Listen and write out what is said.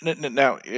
Now